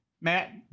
Matt